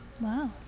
Wow